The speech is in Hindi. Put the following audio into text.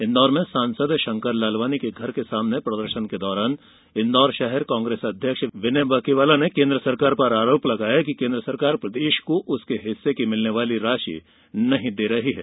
इंदौर में सांसद शंकर लालवानी के घर के सामने प्रदर्शन के दौरान इंदौर शहर कांग्रेस अध्यक्ष विनय बकीवाला ने केन्द्र सरकार पर आरोप लगाया कि केन्द्र सरकार प्रदेश को उसके हिस्से की मिलने वाली राशि नहीं दे रही है